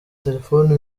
telefoni